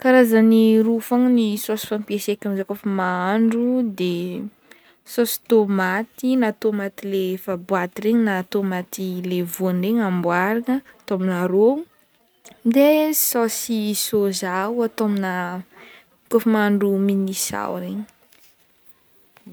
Karazagny roa fogna ny saosy fampiasaiko zaho kaofa mahandro, saosy tomaty, na tomaty efa en boaty na tomaty le voany regny amboarina atao amina ro de saosy soja atao amina kaofa mahandro mine sao regny.